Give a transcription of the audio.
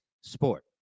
sport